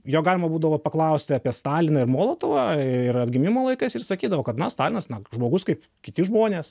jo galima būdavo paklausti apie staliną ir molotovą ir atgimimo laikais ir sakydavo kad na stalinas žmogus kaip kiti žmonės